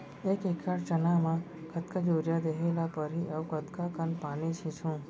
एक एकड़ चना म कतका यूरिया देहे ल परहि अऊ कतका कन पानी छींचहुं?